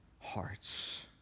hearts